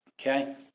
Okay